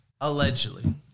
allegedly